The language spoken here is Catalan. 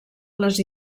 les